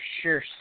sure